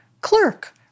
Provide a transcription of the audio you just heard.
clerk